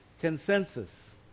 consensus